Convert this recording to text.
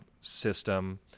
system